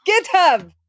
GitHub